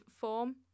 form